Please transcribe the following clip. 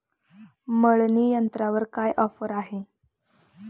मळणी यंत्रावर काय ऑफर आहे?